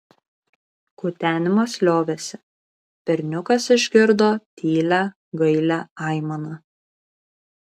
kutenimas liovėsi berniukas išgirdo tylią gailią aimaną